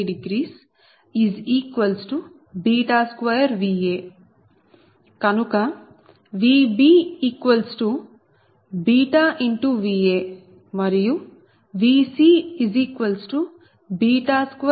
కనుకVbβVa మరియు Vc2Va